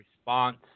response